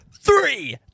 Three